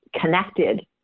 connected